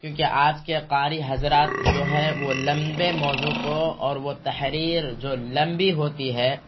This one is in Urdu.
کیونکہ آج کے قاری حضرات جو ہے وہ لمبے موضوع کو اور وہ تحریر جو لمبی ہوتی ہے